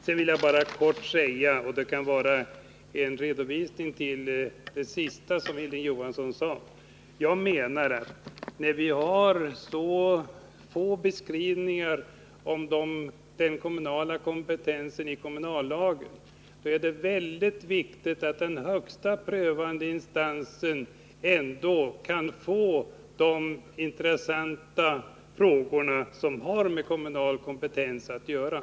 Sedan vill jag bara kort säga — och det kan vara en replik till det som Hilding Johansson sade nu senast — att när vi har så få beskrivningar av den kommunala kompetensen i kommunallagen är det synnerligen viktigt att den högsta prövande instansen ändå kan få pröva de intressanta frågor som har med kommunal kompetens att göra.